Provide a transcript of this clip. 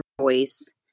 voice